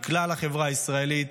מכלל החברה הישראלית,